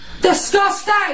Disgusting